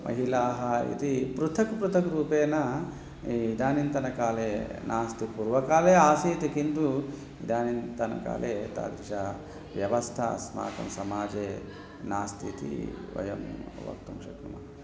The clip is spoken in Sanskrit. महिलाः इति पृथक् पृथक् रूपेण इदानीन्तनकाले नास्ति पुर्वकाले आसीत् किन्तु इदानीन्तनकाले एतादृ व्यवस्था अस्माकं समाजे नास्तीति वयं वक्तुं शक्नुमः